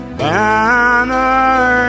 banner